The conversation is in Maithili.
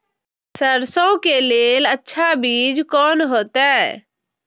सरसों के लेल अच्छा बीज कोन होते?